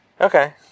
Okay